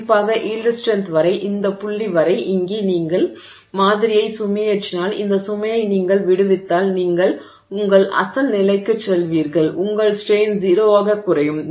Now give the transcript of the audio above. குறிப்பாக yield strength வரை இந்த புள்ளி வரை இங்கே நீங்கள் மாதிரியை சுமையேற்றினால் இந்த சுமையை நீங்கள் விடுவித்தால் நீங்கள் உங்கள் அசல் நிலைக்குச் செல்வீர்கள் உங்கள் ஸ்ட்ரெய்ன் 0 ஆகக் குறையும்